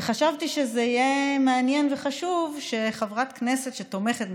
וחשבתי שזה יהיה מעניין וחשוב שחברת כנסת שתומכת,